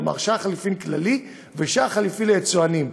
כלומר שער חליפין כללי ושער חליפין ליצואנים,